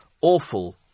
awful